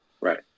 Right